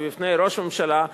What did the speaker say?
ובפני ראש הממשלה,